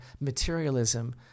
materialism